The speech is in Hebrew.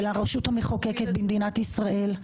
של הרשות המחוקקת במדינת ישראל,